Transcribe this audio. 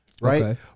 right